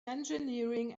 engineering